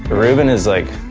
but reuben is like,